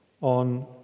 on